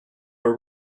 were